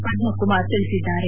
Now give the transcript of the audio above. ಪದ್ಮಕುಮಾರ್ ತಿಳಿಸಿದ್ದಾರೆ